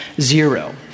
zero